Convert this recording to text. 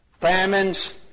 famines